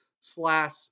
slash